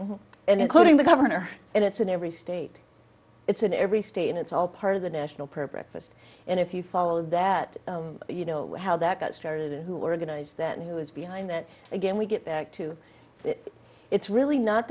elected including the governor and it's in every state it's in every state and it's all part of the national prayer breakfast and if you follow that you know how that got started and who organized that and who is behind that again we get back to that it's really not